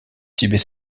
tibet